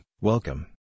welcome